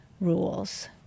rules